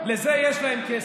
לזה יש להם כסף.